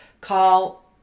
call